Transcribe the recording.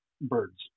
birds